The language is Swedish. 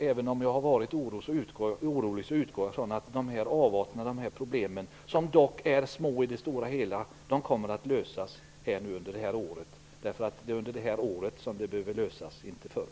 Även om jag har varit orolig utgår jag från att de här problemen - som dock är små i det stora hela - kommer att lösas under det här året. Det är under året som de behöver lösas - inte förr.